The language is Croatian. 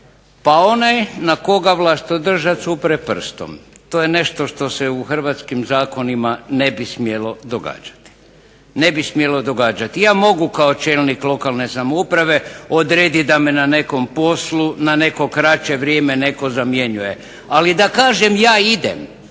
Pa onaj na koji vlastodržac upre prstom. To je nešto što se u hrvatskim zakonima ne bi smjelo događati. Ja mogu kao čelnik lokalne samouprave odrediti da me neko na poslu na neko kraće vrijeme neko zamjenjuje. Ali da kažem, ja idem,